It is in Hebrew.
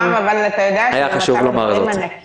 היה חשוב לומר זאת.